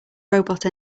robot